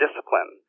discipline